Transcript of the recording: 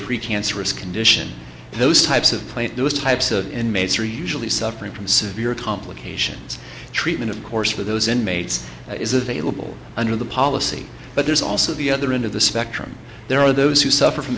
pre cancerous condition and those types of plant those types of inmates are usually suffering from severe complications treatment of course for those inmates is available under the policy but there's also the other end of the spectrum there are those who suffer from